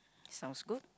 sounds good